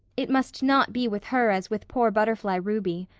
it must not be with her as with poor butterfly ruby.